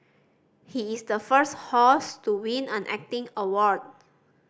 he is the first host to win an acting award